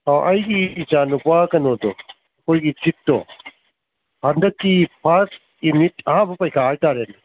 ꯑꯥ ꯑꯩꯒꯤ ꯏꯆꯥꯅꯨꯄꯥ ꯀꯩꯅꯣꯗꯣ ꯑꯩꯈꯣꯏꯒꯤ ꯆꯤꯠꯇꯣ ꯍꯟꯗꯛꯀꯤ ꯐꯥꯔ꯭ꯁ ꯌꯨꯅꯤꯠ ꯑꯍꯥꯟꯕ ꯄꯔꯤꯈꯥ ꯍꯥꯏꯇꯥꯔꯦꯅꯦ